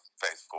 faithful